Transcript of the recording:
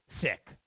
sick